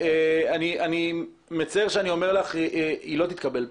אני מצר שאני אומר לך אבל היא לא תתקבל כאן.